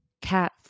Cat